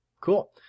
Cool